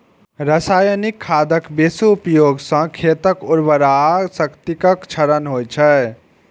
रासायनिक खादक बेसी उपयोग सं खेतक उर्वरा शक्तिक क्षरण होइ छै